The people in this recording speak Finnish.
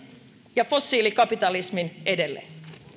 ja fossiilikapitalismin edelle